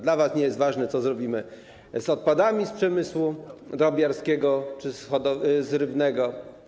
Dla was nie jest ważne, co zrobimy z odpadami z przemysłu drobiarskiego czy rybnego.